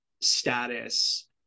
status